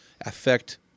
affect